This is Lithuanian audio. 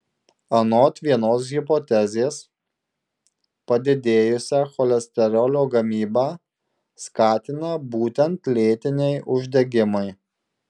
anot vienos hipotezės padidėjusią cholesterolio gamybą skatina būtent lėtiniai uždegimai